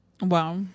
Wow